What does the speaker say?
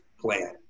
plan